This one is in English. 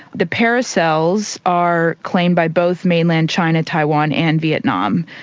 the paracels are claimed by both mainland china, taiwan and vietnam,